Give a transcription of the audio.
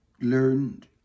learned